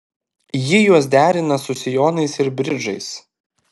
ji juos derina su sijonais ir bridžais